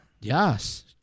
Yes